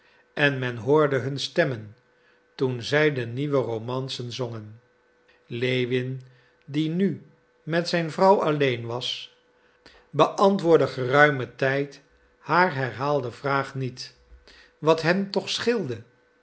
en men hoorde hun stemmen toen zij de nieuwe romancen zongen lewin die nu met zijn vrouw alleen was beantwoordde geruimen tijd haar herhaalde vraag niet wat hem toch